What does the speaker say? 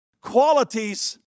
Qualities